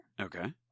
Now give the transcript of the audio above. Okay